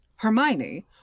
Hermione